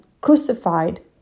crucified